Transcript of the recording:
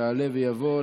יעלה ויבוא.